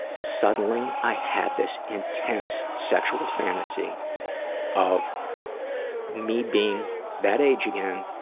suddenly i had this intense sexual fantasy of me being that age again,